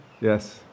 Yes